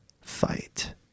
fight